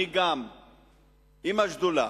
אני, עם השדולה,